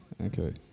Okay